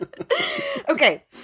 Okay